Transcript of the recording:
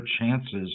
chances